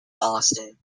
austin